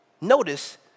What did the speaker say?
Notice